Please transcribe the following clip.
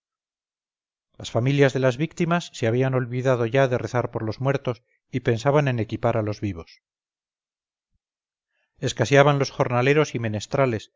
las familias de las víctimas se habían olvidado ya de rezar por los muertos y pensaban en equipar a los vivos escaseaban los jornaleros y menestrales